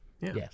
Yes